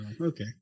Okay